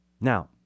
Now